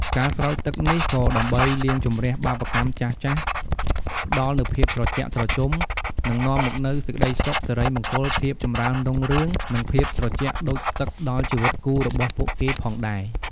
ការស្រោចទឹកនេះក៏ដើម្បីលាងជម្រះបាបកម្មចាស់ៗ ផ្តល់នូវភាពត្រជាក់ត្រជុំ និងនាំមកនូវសេចក្តីសុខ សិរីមង្គល ភាពចម្រើនរុងរឿង និងភាពត្រជាក់ដូចទឹកដល់ជីវិតគូរបស់ពួកគេផងដែរ។